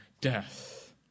death